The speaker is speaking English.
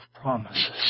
promises